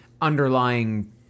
underlying